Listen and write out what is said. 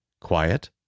quiet